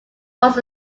was